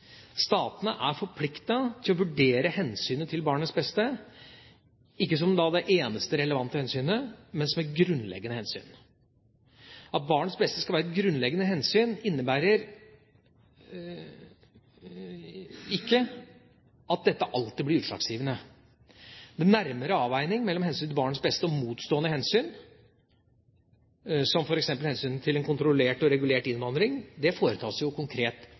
Statene er forpliktet til å vurdere hensynet til barnets beste, ikke som det eneste relevante hensynet, men som det grunnleggende hensyn. At barns beste skal være et grunnleggende hensyn, innebærer ikke at dette alltid blir utslagsgivende. Den nærmere avveining mellom hensynet til barnets beste og motstående hensyn, som f.eks. hensynet til en kontrollert og regulert innvandring, foretas jo konkret